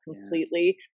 completely